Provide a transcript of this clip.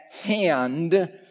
hand